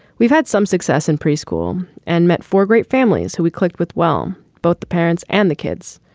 we've had some success in preschool and met four great families who we clicked with well, both the parents and the kids.